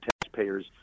taxpayers